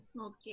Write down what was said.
Okay